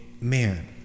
man